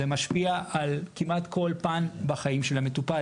זה משפיע על כמעט כל פן בחיים של המטופל,